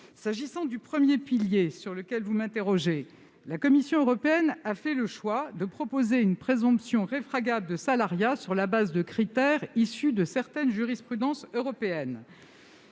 m'interrogez sur le premier pilier. La Commission européenne a fait le choix de proposer une présomption réfragable de salariat sur la base de critères issus de certaines jurisprudences européennes.